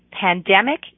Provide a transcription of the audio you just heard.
Pandemic